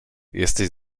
jesteś